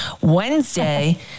Wednesday